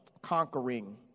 Conquering